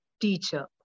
teacher